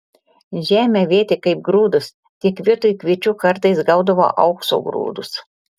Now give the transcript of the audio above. žemę vėtė kaip grūdus tik vietoj kviečių kartais gaudavo aukso grūdus